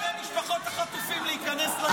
לא מאפשרים לכל בני משפחות החטופים להיכנס ליציע.